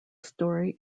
story